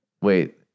Wait